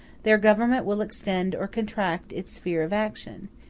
their government will extend or contract its sphere of action,